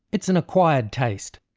it's an acquired taste.